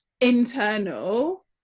internal